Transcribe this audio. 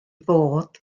fod